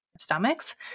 stomachs